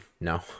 No